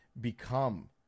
become